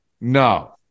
No